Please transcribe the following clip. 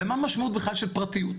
ומה המשמעות בכלל של פרטיות.